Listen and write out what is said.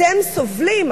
אתם סובלים,